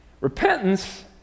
Repentance